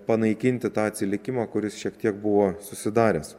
panaikinti tą atsilikimą kuris šiek tiek buvo susidaręs